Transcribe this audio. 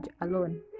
alone